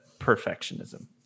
perfectionism